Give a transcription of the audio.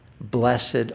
Blessed